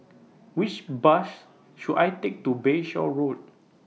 Which Bus should I Take to Bayshore Road